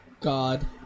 God